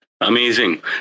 Amazing